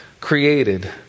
created